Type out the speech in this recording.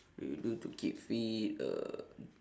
what you do to keep fit uh